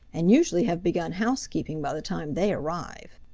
and usually have begun housekeeping by the time they arrive.